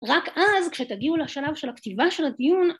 רק אז כשתגיעו לשלב של הכתיבה של הדיון